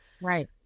Right